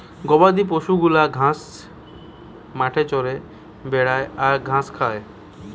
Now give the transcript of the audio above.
গবাদি পশু গুলা ঘাস মাঠে চরে বেড়ায় আর ঘাস খায়